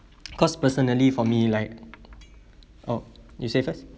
cause personally for me like oh you say first